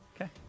Okay